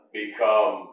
become